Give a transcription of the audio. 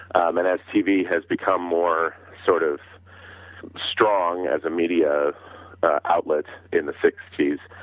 and as tv has become more sort of strong as a media outlet in the sixty s,